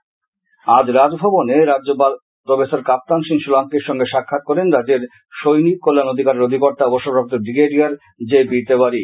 বাজ্যপাল আজ রাজভবনে রাজ্যপাল প্রফেসর কাপ্তান সিং সোলাঙ্কির সঙ্গে সাক্ষাৎ করেন রাজ্যের সৈনিক কল্যাণ অধিকারের অধিকর্তা অবসরপ্রাপ্ত ব্রিগেডিয়ার জে পি তেওয়ারি